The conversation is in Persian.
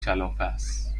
کلافست